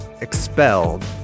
expelled